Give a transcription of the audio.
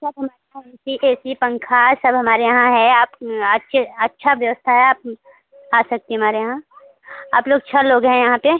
सब हमारे यहाँ ए सी पंखा सब हमारे यहाँ है आप आपके अच्छा व्यवस्था है आप आ सकती हमारे यहाँ आप लोग छः लोग हैं यहाँ पर